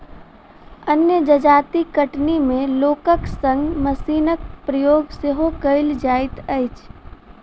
अन्य जजाति कटनी मे लोकक संग मशीनक प्रयोग सेहो कयल जाइत अछि